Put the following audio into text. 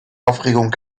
aufregung